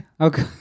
Okay